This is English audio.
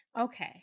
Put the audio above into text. okay